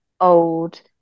old